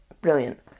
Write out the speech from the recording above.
Brilliant